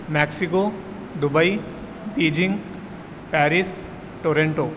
Mexico Dubai Beijing Paris Toronto